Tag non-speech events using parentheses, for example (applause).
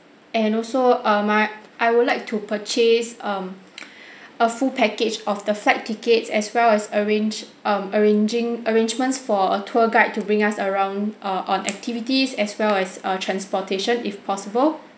and also uh my I would like to purchase um (noise) a full package of the flight tickets as well as arrange um arranging arrangements for a tour guide to bring us around err on activities as well as uh transportation if possible